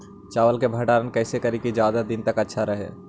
चावल के भंडारण कैसे करिये की ज्यादा दीन तक अच्छा रहै?